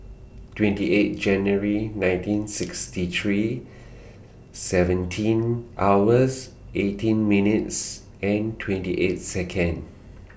twenty eight January nineteen sixty three seventeen hours eighteen minutes and twenty eight Second